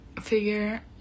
figure